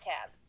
tab